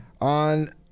On